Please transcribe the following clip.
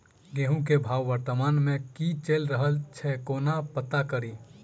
गेंहूँ केँ भाव वर्तमान मे की चैल रहल छै कोना पत्ता कड़ी?